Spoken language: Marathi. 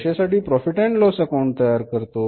कशासाठी प्रॉफिट अँड लॉस अकाउंट तयार करतो